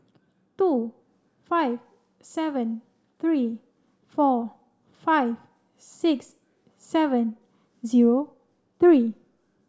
two five seven three four five six seven zero three